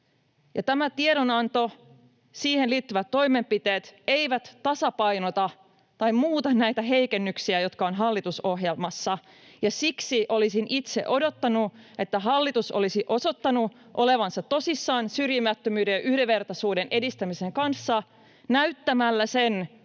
Tämä tiedonanto ja siihen liittyvät toimenpiteet eivät tasapainota tai muuta näitä heikennyksiä, jotka ovat hallitusohjelmassa, ja siksi olisin itse odottanut, että hallitus olisi osoittanut olevansa tosissaan syrjimättömyyden ja yhdenvertaisuuden edistämisen kanssa näyttämällä sen,